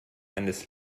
eines